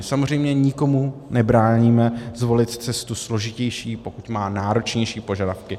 Samozřejmě nikomu nebráníme, zvolit si cestu složitější, pokud má náročnější požadavky.